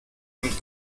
und